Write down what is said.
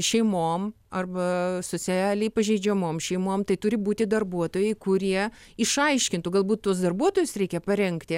šeimom arba socialiai pažeidžiamom šeimom tai turi būti darbuotojai kurie išaiškintų galbūt tuos darbuotojus reikia parengti